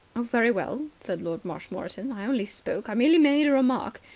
oh, very well, said lord marshmoreton. i only spoke. i merely made a remark.